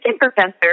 Professor